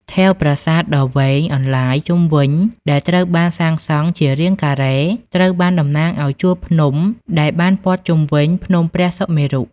ថែវប្រាសាទដ៏វែងអន្លាយជុំវិញដែលត្រូវបានសាងសង់ជារាងការ៉េ ត្រូវបានតំណាងឲ្យជួរភ្នំដែលបានព័ទ្ធជុំវិញភ្នំព្រះសុមេរុ។